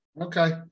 Okay